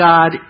God